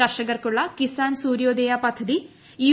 കർഷകർക്കുള്ള കിസാൻ സൂര്യോദയ പദ്ധതി യു